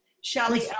Shelly